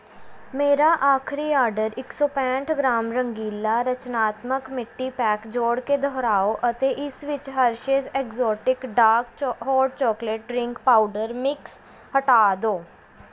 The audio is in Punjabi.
ਮੇਰਾ ਆਖਰੀ ਆਰਡਰ ਇੱਕ ਸੌ ਪੈਂਹਠ ਗ੍ਰਾਮ ਰੰਗੀਲਾ ਰਚਨਾਤਮਕ ਮਿੱਟੀ ਪੈਕ ਜੋੜ ਕੇ ਦੁਹਰਾਓ ਅਤੇ ਇਸ ਵਿੱਚ Hershey's exotic dark choco hot chocolate drink powder mix ਹਟਾ ਦਿਓ